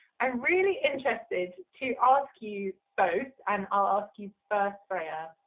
i'm really interested to ask you both, and i'll ask you first freya.